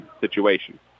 situation